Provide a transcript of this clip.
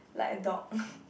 like a dog